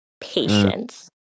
patience